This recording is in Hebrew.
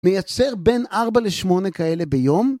‫מייצר בין 4 ל-8 כאלה ביום?